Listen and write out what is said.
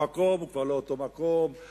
המקום כבר לא אותו מקום,